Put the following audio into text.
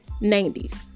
90s